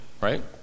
right